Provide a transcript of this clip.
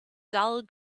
dull